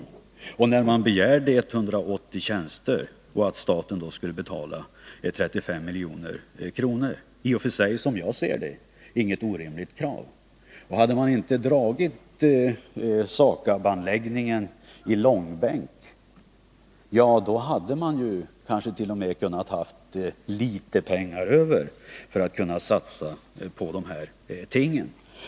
Kommunerna begärde då 180 tjänster och ville att staten skulle betala 35 milj.kr. — i och för sig, som jag ser det, inget orimligt krav. Hade man inte dragit SAKAB-frågan i långbänk hade man kansket.o.m. fått litet pengar över att satsa på de här sakerna.